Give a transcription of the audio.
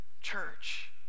Church